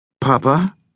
Papa